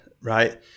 right